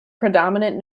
predominant